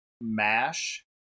Mash